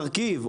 או מרכיב,